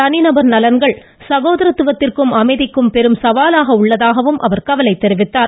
தனிநபர் நலன்கள் சகோதரத்துவத்திற்கும் அமைதிக்கும் பெரும் சவாலாக உள்ளது என்றும் அவர் கவலை தெரிவித்தார்